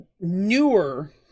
newer